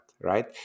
right